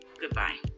Goodbye